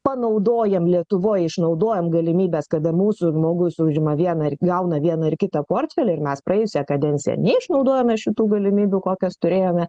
panaudojam lietuvoj išnaudojam galimybes kad ir mūsų žmogus užima vieną ir gauna vieną ar kitą portfelį ir mes praėjusią kadenciją neišnaudojome šitų galimybių kokias turėjome